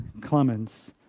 Clemens